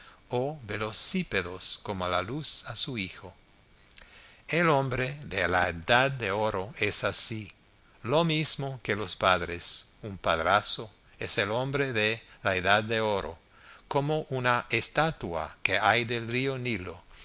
o velocípedos como la luz a su hijo el hombre de la edad de oro es así lo mismo que los padres un padrazo es el hombre de la edad de oro como una estatua que hay del río nilo